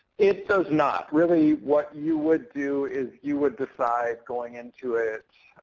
it does not. really what you would do is you would decide, going into it,